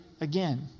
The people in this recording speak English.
again